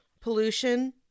pollution